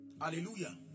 hallelujah